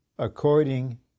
according